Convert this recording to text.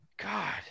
God